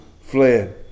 fled